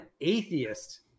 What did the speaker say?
atheist